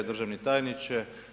Državni tajniče.